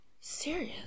Serious